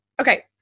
Okay